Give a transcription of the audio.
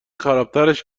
خرابترش